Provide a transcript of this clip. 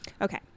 Okay